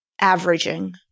averaging